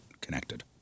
connected